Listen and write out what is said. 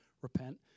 Repent